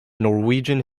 norwegian